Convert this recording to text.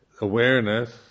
awareness